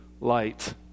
light